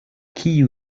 kiu